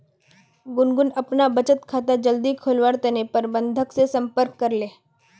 गुनगुन अपना बचत खाता जल्दी खोलवार तने प्रबंधक से संपर्क करले